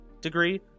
degree